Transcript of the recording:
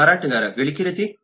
ಮಾರಾಟಗಾರ ಗಳಿಕೆ ರಜೆ